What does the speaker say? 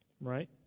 right